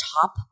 TOP